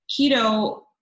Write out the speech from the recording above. keto